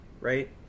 Right